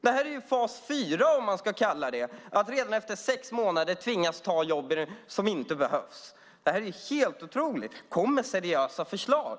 Det är ju fas 4, eller vad man ska kalla det, att redan efter sex månader tvingas att ta jobb som inte behövs. Det här är helt otroligt. Kom med seriösa förslag!